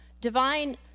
Divine